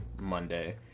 monday